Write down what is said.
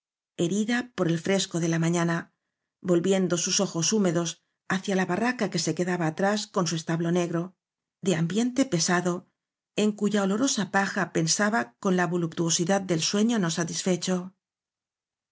rida por el fresco de la mañana volviendo sus ojos húmedos hacía la barraca que se quedaba atrás con su establo negro de ambiente pesacio en cuya olorosa paja pensaba con la vo luptuosidad del sueño no satisfecho